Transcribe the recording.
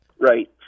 Right